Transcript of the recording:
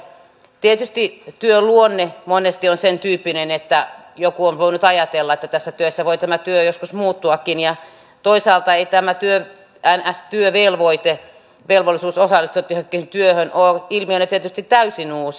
tietysti työn luonne monesti on sen tyyppinen että joku on voinut ajatella että tässä työssä voi työ joskus muuttuakin ja toisaalta ei tämä niin sanottu työvelvoite velvollisuus osallistua työhön ole ilmiönä tietysti täysin uusi